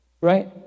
right